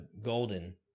golden